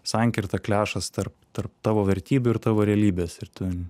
sankirta klešas tarp tarp tavo vertybių ir tavo realybės ir tu